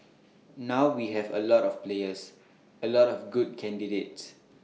now we have A lot of players A lot of good candidates